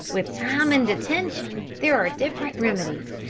with time and attention. there are different remedies.